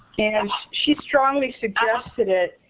and she strongly suggested it.